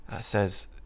says